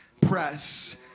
press